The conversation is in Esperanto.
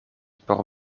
por